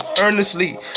Earnestly